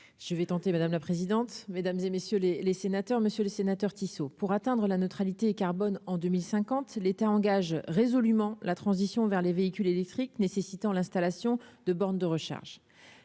Je vais tenter, madame la présidente, mesdames et messieurs les les sénateurs, monsieur le sénateur Tissot pour atteindre la neutralité carbone en 2050 l'état engage résolument la transition vers les véhicules électriques nécessitant l'installation de bornes de recharge